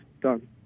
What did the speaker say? done